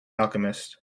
alchemist